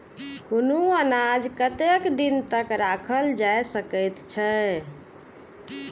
कुनू अनाज कतेक दिन तक रखल जाई सकऐत छै?